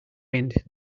wind